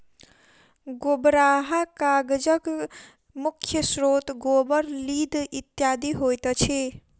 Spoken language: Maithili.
गोबराहा कागजक मुख्य स्रोत गोबर, लीद इत्यादि होइत अछि